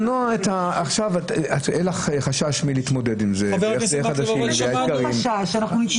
שגם בלי שימוש בכלי חקיקה כאלה ואחרים ניתן